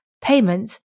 payments